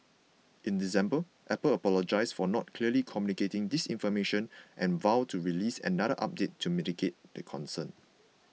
in December Apple apologised for not clearly communicating this information and vowed to release another update to mitigate the concern